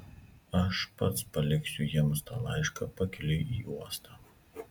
aš pats paliksiu jiems tą laišką pakeliui į uostą